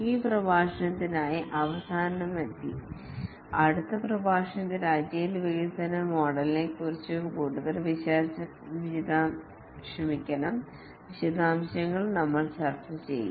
ഈ പ്രഭാഷണത്തിനായി അവസാനം എത്തി അടുത്ത പ്രഭാഷണത്തിൽ അജിലെ വികസന മോഡൽ യെക്കുറിച്ചുള്ള കൂടുതൽ വിശദാംശങ്ങൾ നമ്മൾ ചർച്ച ചെയ്യും